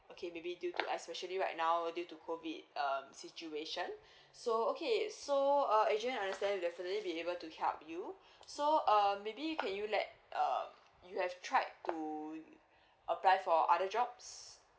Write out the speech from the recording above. okay may be due to especially right now due to COVID um situation so okay so uh adrian understand we definitely be able to help you so um maybe can you let um you have tried to apply for other jobs